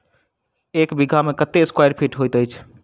एक बीघा मे कत्ते स्क्वायर फीट होइत अछि?